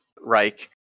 Reich